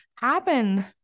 happen